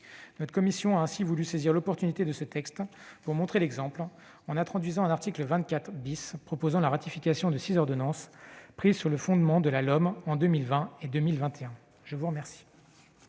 Notre commission a ainsi voulu saisir l'occasion offerte par ce texte pour montrer l'exemple, en introduisant un article 24 proposant la ratification de six ordonnances prises sur le fondement de la LOM en 2020 et 2021. La parole